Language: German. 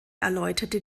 erläuterte